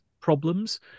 problems